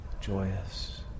joyous